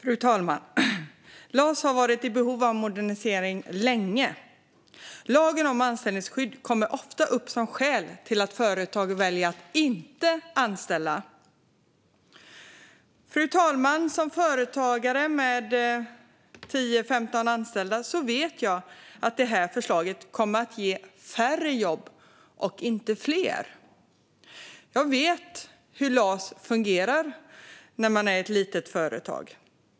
Fru talman! LAS har varit i behov av modernisering länge. Lagen om anställningsskydd kommer ofta upp som skäl till att företag väljer att inte anställa. Fru talman! Som företagare med 10-15 anställda vet jag att det här förslaget kommer att ge färre jobb, inte fler. Jag vet hur LAS fungerar när man är ett litet företag.